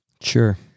Sure